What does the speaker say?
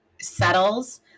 settles